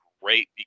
great